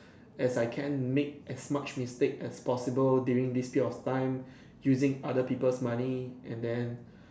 as I can make as much mistake as possible during this peak of time using other people's money and then